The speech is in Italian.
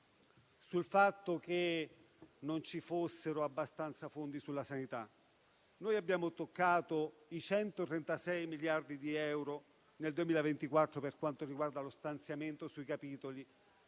lamentando che non ci fossero abbastanza fondi. Eppure noi abbiamo toccato i 136 miliardi di euro nel 2024 per quanto riguarda lo stanziamento sui capitoli